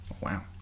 wow